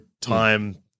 time